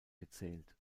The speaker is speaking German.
gezählt